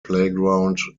playground